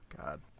God